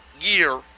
year